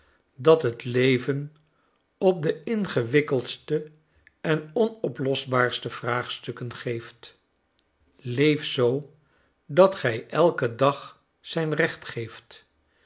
dat het leven op de ingewikkeldste en onoplosbaarste vraagstukken geeft leef zoo dat gij elken dag zijn recht geeft